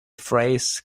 phrase